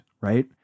right